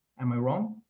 am i wrong?